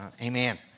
amen